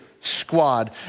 squad